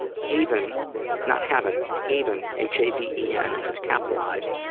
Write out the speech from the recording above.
haven not heaven, haven, h a v e n, and it's capitalized.